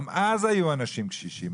גם אז היו אנשים קשישים,